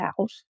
out